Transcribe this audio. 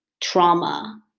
trauma